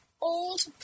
old